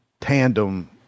tandem